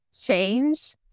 change